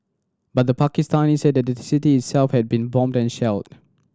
but the Pakistanis said the city itself had been bombed and shelled